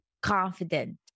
confident